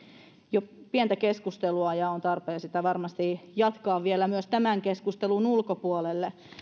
jo pientä keskustelua ja on tarpeen sitä varmasti jatkaa vielä myös tämän keskustelun ulkopuolelle